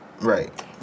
Right